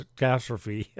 catastrophe